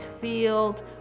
field